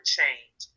change